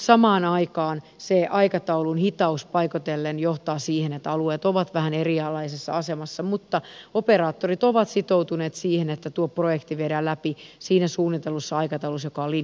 samaan aikaan se aikataulun hitaus paikoitellen johtaa siihen että alueet ovat vähän erilaisessa asemassa mutta operaattorit ovat sitoutuneet siihen että tuo projekti viedään läpi siinä suunnitellussa aikataulussa joka on linjattu